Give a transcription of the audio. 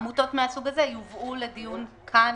עמותות מהסוג הזה יובאו לדיון כאן.